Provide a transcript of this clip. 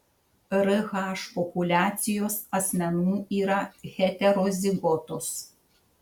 rh populiacijos asmenų yra heterozigotos